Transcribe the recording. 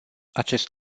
acest